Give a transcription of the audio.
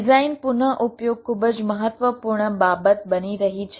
design પુનઃઉપયોગ ખૂબ જ મહત્વપૂર્ણ બાબત બની રહી છે